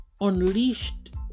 Unleashed